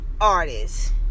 artist